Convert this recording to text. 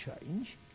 change